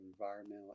environmental